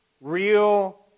Real